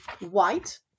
white